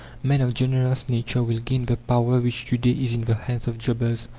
men of generous nature will gain the power which to-day is in the hand of jobbers.